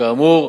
כאמור,